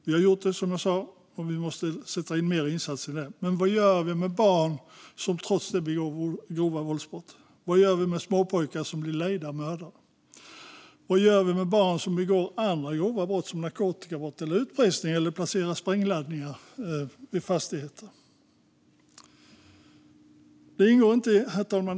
Vi har gjort det, som jag sa, och vi måste sätta in mer insatser där. Men vad gör vi med barn som trots det begår grova våldsbrott? Vad gör vi med småpojkar som blir lejda mördare? Vad gör vi med barn som begår grova brott som narkotikabrott eller utpressning eller placerar ut sprängladdningar vid fastigheter? Herr talman!